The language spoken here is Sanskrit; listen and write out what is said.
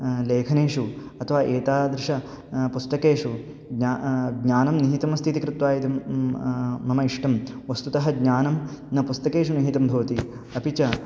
लेखनेषु अथवा एतादृश पुस्तकेषु ज्ञा ज्ञानं निहितमस्ति इति कृत्वा इदं मम इष्टं वस्तुतः ज्ञानं न पुस्तकेषु निहितं भवति अपि च